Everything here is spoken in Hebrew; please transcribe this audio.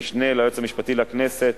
המשנה ליועץ המשפטי לכנסת,